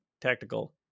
tactical